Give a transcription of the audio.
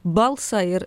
balsą ir